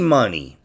money